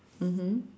mmhmm